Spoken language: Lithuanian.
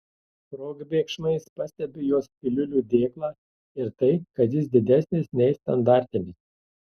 probėgšmais pastebiu jos piliulių dėklą ir tai kad jis didesnis nei standartinis